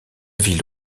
ville